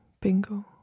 bingo